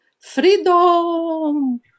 freedom